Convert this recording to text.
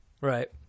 Right